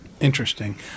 Interesting